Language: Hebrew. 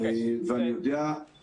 אני יודע,